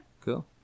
Cool